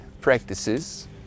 practices